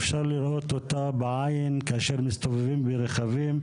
אפשר לראות אותה בעין כאשר מסתובבים ברכבים,